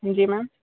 जी ma'am